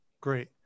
Great